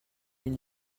une